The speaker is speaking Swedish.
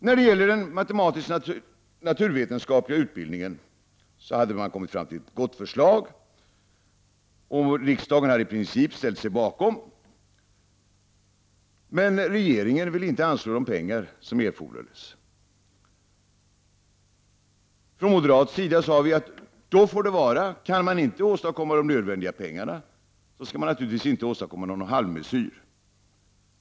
När det gäller den matematisk-naturvetenskapliga utbildningen hade man kommit fram till ett gott förslag, och riksdagen hade i princip ställt sig bakom detta. Men regeringen ville inte anslå de pengar som erfordrades. Vi moderater sade: Då får det vara. Kan man inte anslå de nödvändiga pengarna skall man naturligtvis inte åstadkomma någon halvmesyr.